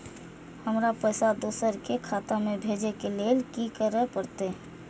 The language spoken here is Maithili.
हमरा पैसा दोसर के खाता में भेजे के लेल की करे परते?